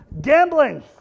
gambling